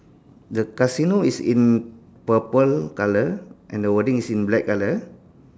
the casino is in purple colour and the wording is in black colour